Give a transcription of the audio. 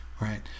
right